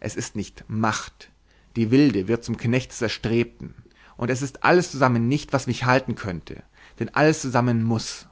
es ist nicht macht die wilde wird zum knecht des erstrebten und es ist alles zusammen nicht was mich halten könnte denn alles zusammen muß